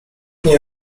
nie